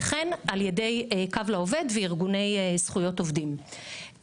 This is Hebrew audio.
וכן על ידי קו לעובד וארגוני זכויות עובדים,